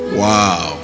wow